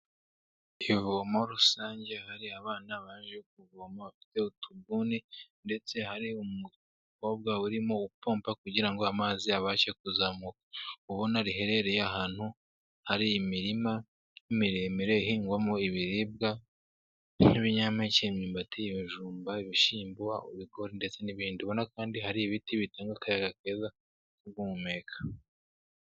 Ivomo rusange, hari abana baje kuvoma bafite utubuni ndetse hari umukobwa urimo upomba kugira ngo amazi abashe kuzamuka, ubona riherereye ahantu hari imirima miremire, ihingwamo ibiribwa n'ibinyampeke imyumbati, ibijumba, bishimbo, ibigori ndetse n'ibindi, ubona kandi hari ibiti bitanga akayaga keza ko guhumeka.